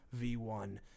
V1